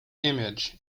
image